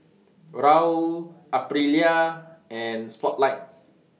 Raoul Aprilia and Spotlight